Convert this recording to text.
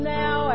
now